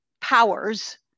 powers